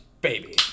Baby